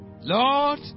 lord